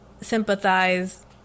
sympathize